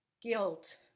Guilt